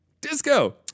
disco